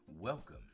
Welcome